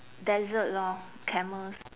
desert lor camels